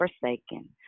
forsaken